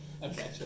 Okay